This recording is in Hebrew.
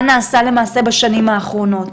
ומה נעשה למעשה בשנים האחרונות.